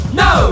no